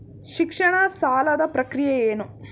ಶಿಕ್ಷಣ ಸಾಲದ ಪ್ರಕ್ರಿಯೆ ಏನು?